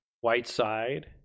Whiteside